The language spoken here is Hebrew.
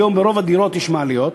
היום לרוב הדירות יש מעליות,